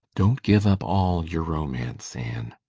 don't give up all your romance, anne,